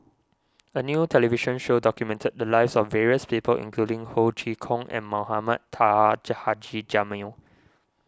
a new television show documented the lives of various people including Ho Chee Kong and Mohamed Taha Jamil